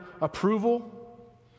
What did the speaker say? approval